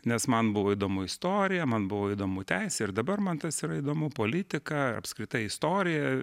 nes man buvo įdomu istorija man buvo įdomu teisė ir dabar man tas yra įdomu politika apskritai istorija